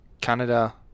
Canada